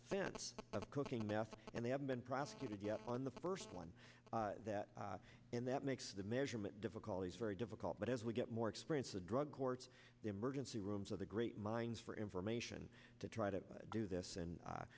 since of cooking meth and they haven't been prosecuted yet on the first one that and that makes the measurement difficulties very difficult but as we get more experience of drug courts the emergency rooms of the great minds for information to try to do this and